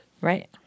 Right